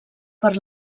per